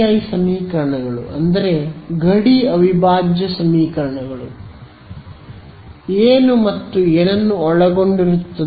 BI ಸಮೀಕರಣಗಳು ಗಡಿ ಅವಿಭಾಜ್ಯ ಸಮೀಕರಣಗಳು ಏನು ಮತ್ತು ಏನನ್ನು ಒಳಗೊಂಡಿರುತ್ತದೆ